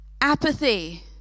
Apathy